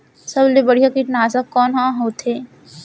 सबले बढ़िया कीटनाशक कोन ह होथे?